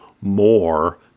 more